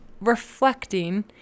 reflecting